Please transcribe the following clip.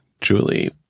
julie